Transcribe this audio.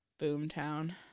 Boomtown